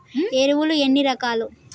ఎరువులు ఎన్ని రకాలు?